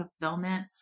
fulfillment